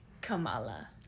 Kamala